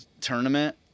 tournament